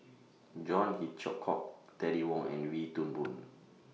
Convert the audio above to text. John Hitchcock Terry Wong and Wee Toon Boon